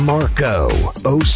Marco